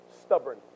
stubborn